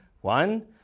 One